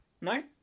No